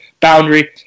boundary